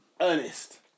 Ernest